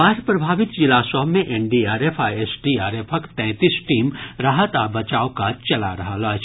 बाढ़ि प्रभावित जिला सभ मे एनडीआरएफ आ एसडीआरएफक तैंतीस टीम राहत आ बचाव काज चला रहल अछि